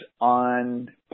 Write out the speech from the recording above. on